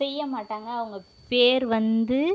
செய்ய மாட்டாங்க அவங்க பேர் வந்து